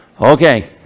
Okay